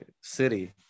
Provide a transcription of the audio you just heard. city